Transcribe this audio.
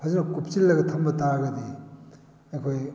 ꯐꯖꯅ ꯀꯨꯞꯁꯤꯜꯂꯒ ꯊꯝꯕ ꯇꯥꯔꯒꯗꯤ ꯑꯩꯈꯣꯏ